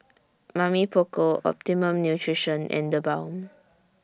Mamy Poko Optimum Nutrition and TheBalm